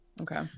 Okay